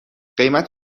قیمت